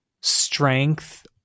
strength